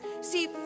See